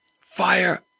fire